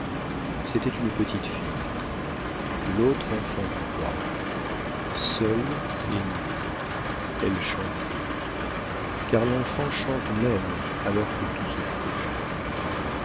c'était une petite fille l'autre enfant du roi seule et nue elle chantait car l'enfant chante même alors que tout se tait